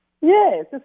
Yes